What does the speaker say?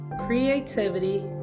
creativity